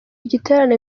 igiterane